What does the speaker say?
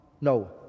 No